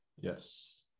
yes